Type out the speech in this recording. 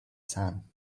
sun